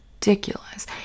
Ridiculous